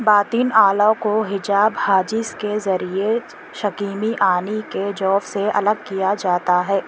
باطن اعلیٰ کو حجاب حاجز کے ذریعے شکیمی عانی کے جوف سے الگ کیا جاتا ہے